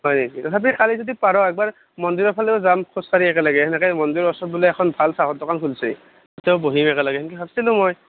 হয় নেকি তথাপি কালি যদি পাৰ' একবাৰ মন্দিৰৰ ফালেও যাম খোজ কাঢ়ি একেলগে সেনেকৈ মন্দিৰৰ ওচৰত বোলে এখন ভাল চাহৰ দোকান খুল্ছে তাতেও বহিম একেলগে সেংকে ভাব্ছিলোঁ মই